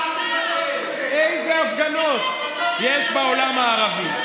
תתייחס לעצמך, איזה הפגנות יש בעולם הערבי?